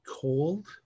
cold